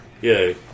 Yay